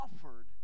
offered